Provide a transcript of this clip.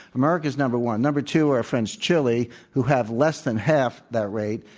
america is number one. number two are our friends, chile, who have less than half that rate.